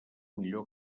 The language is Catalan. millor